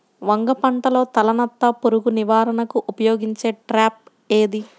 వంగ పంటలో తలనత్త పురుగు నివారణకు ఉపయోగించే ట్రాప్ ఏది?